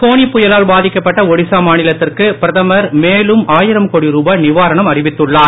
போனி புயலால் பாதிக்கப்பட்ட ஒடிசா மாநிலத்திற்கு பிரதமர் மேலும் ஆயிரம் கோடி ருபாய் நிவாரணம் அறிவித்துள்ளார்